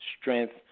strength